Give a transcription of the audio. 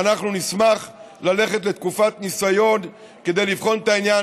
ואנחנו נשמח ללכת לתקופת ניסיון כדי לבחון את העניין,